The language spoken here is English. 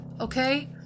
Okay